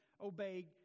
obey